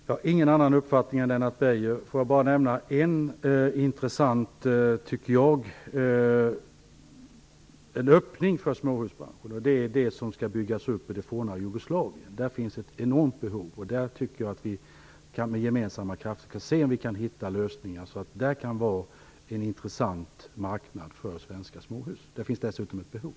Herr talman! Jag har samma uppfattning som Lennart Beijer. Låt mig bara nämna en, som jag tycker, intressant öppning för småhusbranschen. Det handlar om uppbyggnaden av det forna Jugoslavien. Där finns det ett enormt behov, och jag tycker att vi med gemensamma krafter skall se om vi kan hitta lösningar. Det kan vara en intressant marknad för svenska småhus, särskilt som det finns behov.